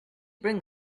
bring